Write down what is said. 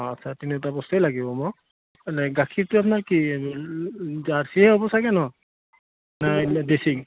অঁ আচ্ছা তিনিটা বস্তুৱেই লাগিব মই এ গাখীৰটো আপোনাৰ